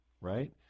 right